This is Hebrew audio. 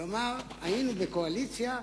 כלומר, היינו בקואליציה,